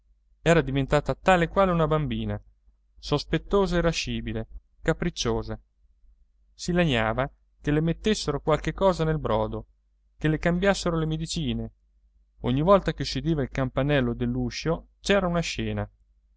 era diventata tale e quale una bambina sospettosa irascibile capricciosa si lagnava che le mettessero qualche cosa nel brodo che le cambiassero le medicine ogni volta che si udiva il campanello dell'uscio c'era una scena